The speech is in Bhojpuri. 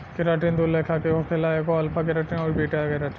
केराटिन दू लेखा के होखेला एगो अल्फ़ा केराटिन अउरी बीटा केराटिन